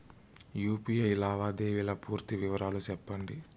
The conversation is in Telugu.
యు.పి.ఐ లావాదేవీల పూర్తి వివరాలు సెప్పండి?